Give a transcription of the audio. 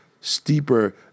steeper